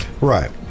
Right